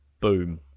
boom